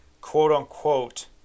quote-unquote